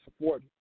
support